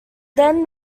then